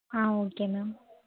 ah okay ma'am